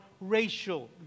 racial